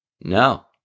no